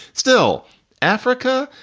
still africa,